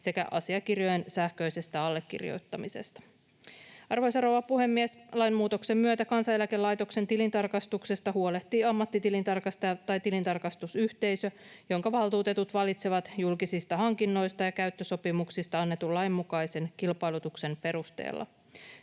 sekä asiakirjojen sähköisestä allekirjoittamisesta. Arvoisa rouva puhemies! Lainmuutoksen myötä Kansaneläkelaitoksen tilintarkastuksesta huolehtivat ammattitilintarkastajat tai tilintarkastusyhteisö, jonka valtuutetut valitsevat julkisista hankinnoista ja käyttösopimuksista annetun lain mukaisen kilpailutuksen perusteella.